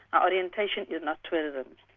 orientation is not tourism,